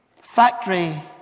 factory